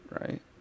right